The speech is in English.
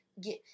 get